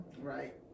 Right